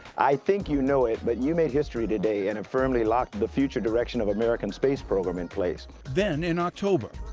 i think you know it but you made history today and it firmly locked the future direction of the american space program in place. then in october,